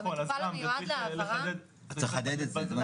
נכון, אז צריך לחדד --- צריך לחדד את זה.